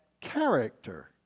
character